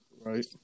Right